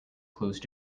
closed